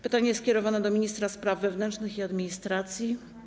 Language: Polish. Pytanie jest skierowane do ministra spraw wewnętrznych i administracji.